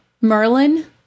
Merlin